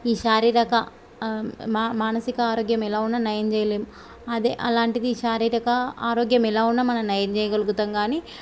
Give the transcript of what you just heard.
ఈ శారీరక మా మానసిక ఆరోగ్యం ఎలా ఉన్న నయం చేయలేం అదే అలాంటిది శారీరిక ఆరోగ్యం ఎలా ఉన్న మనం నయం చేయగలుగుతాం కానీ